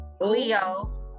Leo